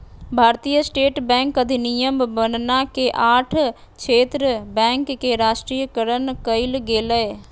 भारतीय State Bank अधिनियम बनना के आठ क्षेत्र बैंक के राष्ट्रीयकरण कइल गेलय